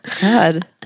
God